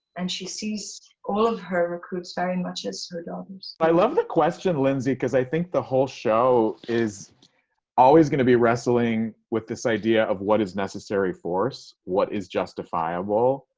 and she sees all of her recruits very much as her daughters. i love the question, lindsay. because i think the whole show is always going to be wrestling with this idea of what is necessary force? what is justifiable?